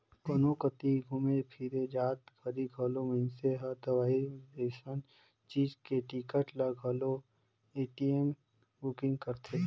कोनो कति घुमे फिरे जात घरी घलो मइनसे हर हवाई जइसन चीच के टिकट ल घलो पटीएम ले बुकिग करथे